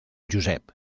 josep